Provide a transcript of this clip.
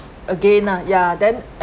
again ah ya then